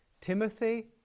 Timothy